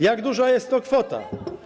Jak duża jest to kwota?